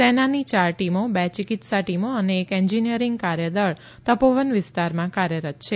સેનાની યાર ટીમો બે ચિકિત્સા ટીમો અને એક એન્જીનીયરીંગ કાર્યદળ તપોવન વિસ્તારમાં કાર્યરત છે